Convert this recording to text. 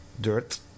Dirt